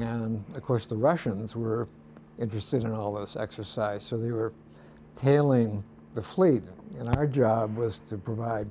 and of course the russians were interested in all this exercise so they were tailing the fleet and our job was to provide